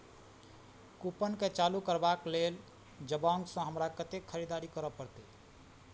कूपनकेँ चालू करबाक लेल जबांगसँ हमरा कतेक खरीदारी करय पड़तै